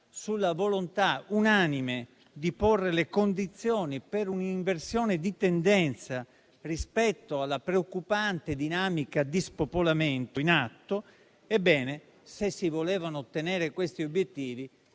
sulla volontà unanime di porre le condizioni per un'inversione di tendenza rispetto alla preoccupante dinamica di spopolamento in atto, non sono stati raggiunti.